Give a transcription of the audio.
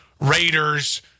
Raiders